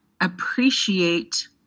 appreciate